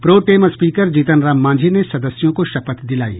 pro tem speaker Jitanram Manjhi ने सदस्यों को शपथ दिलायी